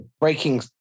breaking